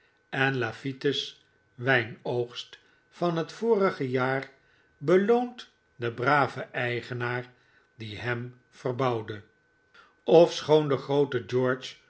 en lafltte's wijnoogst van het vorige jaar beloont den braven eigenaar die hem verbouwde ofschoon de groote